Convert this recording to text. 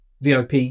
VIP